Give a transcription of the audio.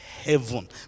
heaven